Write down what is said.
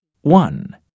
One